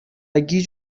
گیج